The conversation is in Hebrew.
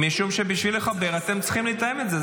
משום שבשביל לחבר אתם צריכים לתאם את זה.